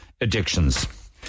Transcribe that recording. addictions